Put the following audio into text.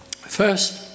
First